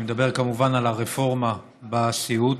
אני מדבר כמובן על הרפורמה בסיעוד.